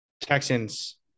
Texans